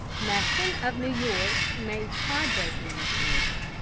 masson of new york made pod-breaking machines,